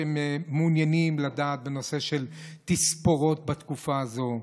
מעוניינים לדעת בנושא של תספורות בתקופה הזאת,